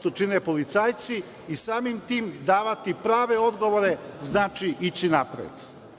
to čine policajci i samim tim davati prave odgovore. Znači, ići napred. Jedno